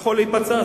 יכול להיפצע.